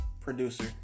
producer